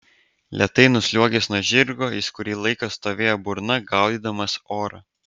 lėtai nusliuogęs nuo žirgo jis kurį laiką stovėjo burna gaudydamas orą